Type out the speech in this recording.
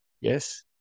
Yes